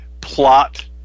plot